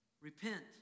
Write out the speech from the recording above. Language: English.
repent